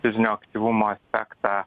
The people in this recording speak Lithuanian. fizinio aktyvumo aspektą